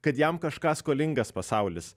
kad jam kažką skolingas pasaulis